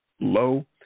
low